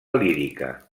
lírica